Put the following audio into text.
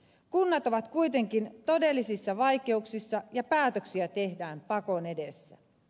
kunnat ovat kuitenkin todellisissa vaikeuksissa ja päätöksiä tehdään pakon edessä